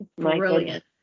Brilliant